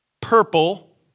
purple